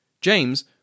James